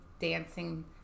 dancing